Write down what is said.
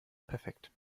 perfekt